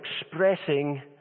expressing